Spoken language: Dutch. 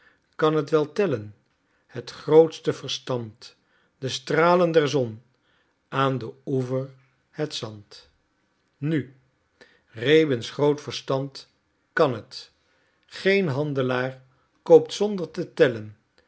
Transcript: kan het wel tellen het grootste verstand de stralen der zon aan den oever het zand nu rjäbinins groot verstand kan het geen handelaar koopt zonder te tellen